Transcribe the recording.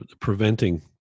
preventing